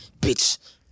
bitch